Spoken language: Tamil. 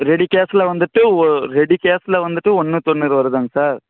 ரெடி கேஷில் வந்துவிட்டு ரெடி கேஷில் வந்துவிட்டு ஒன்று தொண்ணூறு வருதாங்க சார்